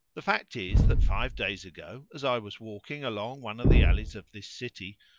the fact is that five days ago, as i was walking along one of the alleys of this city,